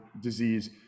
disease